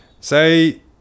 Say